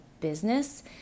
business